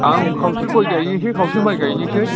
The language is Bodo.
आं खावसे गय गायहैसै खावसे गय गायनोसै